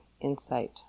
insight